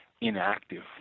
inactive